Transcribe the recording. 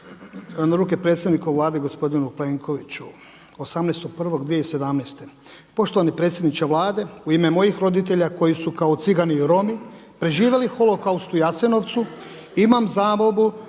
na ruke predsjednika Vlade gospodinu Plenkoviću 18.1.2017. „Poštovani predsjedniče Vlade u ime mojih roditelja koji su kao cigani i Romi preživjeli Holokaust u Jasenovcu imam zamolbu